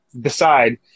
decide